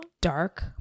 dark